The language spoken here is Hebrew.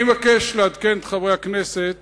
אני מבקש לעדכן את חברי הכנסת